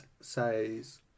says